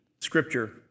Scripture